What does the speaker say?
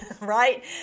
right